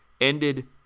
ended